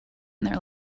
their